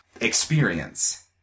experience